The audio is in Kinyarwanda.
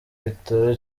bitaro